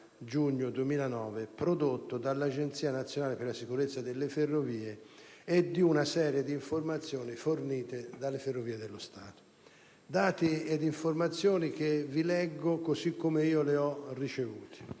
giugno 2009 prodotto dall'Agenzia nazionale per la sicurezza delle ferrovie e di una serie di informazioni fornite dalle Ferrovie dello Stato, che vi comunico così come le ho ricevute.